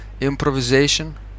improvisation